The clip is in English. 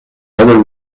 other